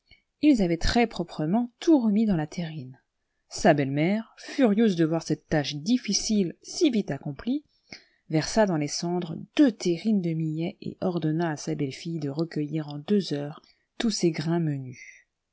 ils avaient très-proprement tout remis dans la terrine sa belle-mère furieuse de voir cette tâche difficile si vite accomplie versa dans les cendres deux terrines de millet et ordonna à sa belle-fille de recueillir en deux heures tous ces grains